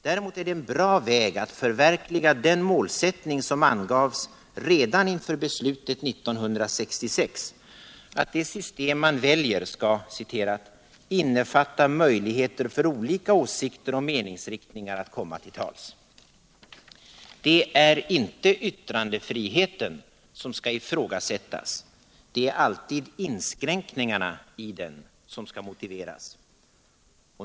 Däremot är det en bra väg att förverkliga den målsättning som angavs redan inför beslutet 1966 att det system man väljer skall ”innefatta möjligheter för olika åsikter och meningsriktningar att komma till tals”. Det är inte yttrandefriheten som skall ifrågasättas, det är alltid inskränkningarna i den som skall motiveras.